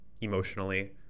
emotionally